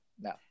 no